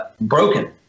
broken